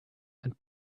and